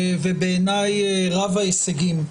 ובעיניי רב ההישגים,